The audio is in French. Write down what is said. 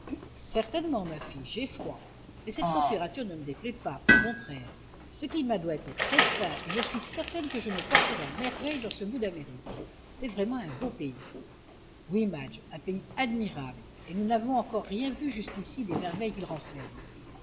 certainement ma fille j'ai froid mais cette température ne me déplaît pas au contraire ce climat doit être très sain et je suis certaine que je me porterai à merveille dans ce bout d'amérique c'est vraiment un beau pays oui madge un pays admirable et nous n'avons encore rien vu jusqu'ici des merveilles qu'il renferme